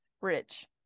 Rich